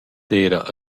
d’eira